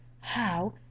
how